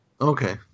Okay